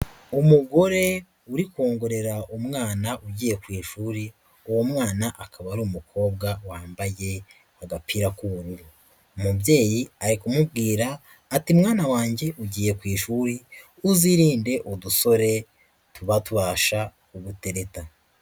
Umugore uri kongorera umwana ugiye ku ishuri, uwo mwana akaba ari umukobwa wambaye agapira k'ubururu. Umubyeyi ari kumubwira ati: " Mwana wanjye ugiye ku ishuri, uzirinde udusore tuba tubasha kugutereta".